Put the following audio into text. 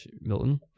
Milton